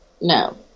no